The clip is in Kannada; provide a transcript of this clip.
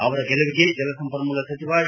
ಅವರ ಗೆಲುವಿಗೆ ಜಲಸಂಪನ್ಮೂಲ ಸಚಿವ ಡಿ